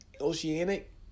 oceanic